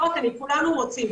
לא רק אני, כולנו רוצים.